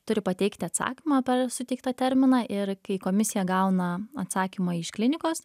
turi pateikti atsakymą per suteiktą terminą ir kai komisija gauna atsakymą iš klinikos